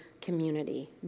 community